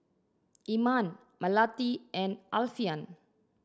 Iman Melati and Alfian